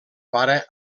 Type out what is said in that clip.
pare